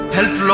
Help